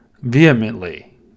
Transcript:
vehemently